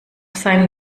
seinen